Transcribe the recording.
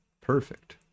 Perfect